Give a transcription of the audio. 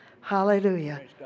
Hallelujah